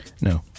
No